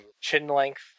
chin-length